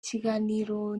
ikiganiro